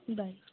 bye